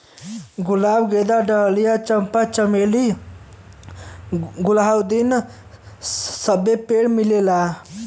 गुलाब गेंदा डहलिया चंपा चमेली गुल्दाउदी सबे पेड़ मिलेला